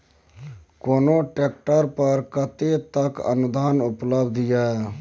कोनो ट्रैक्टर पर कतेक तक के अनुदान उपलब्ध ये?